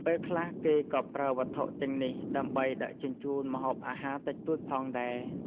ពេលខ្លះគេក៏ប្រើវត្ថុទាំងនេះដើម្បីដឹកជញ្ជូនម្ហូបអាហារតិចតួចផងដែរ។